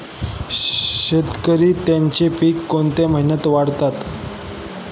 शेतकरी त्यांची पीके कोणत्या महिन्यात काढतात?